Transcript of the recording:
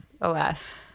alas